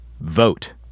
Vote